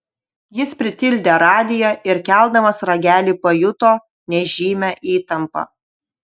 jis pritildė radiją ir keldamas ragelį pajuto nežymią įtampą